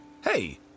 Hey